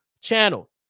channel